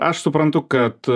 aš suprantu kad